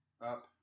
up